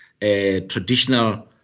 traditional